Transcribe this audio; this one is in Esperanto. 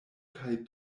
kaj